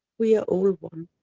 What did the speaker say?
we are all one.